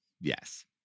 Yes